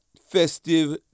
festive